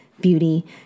beauty